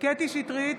קטי קטרין שטרית,